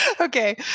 Okay